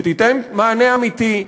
שתיתן מענה אמיתי,